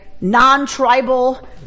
non-tribal